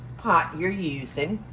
pot you're using.